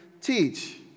teach